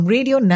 Radio